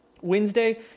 wednesday